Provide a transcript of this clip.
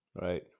right